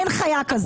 אין חיה כזאת.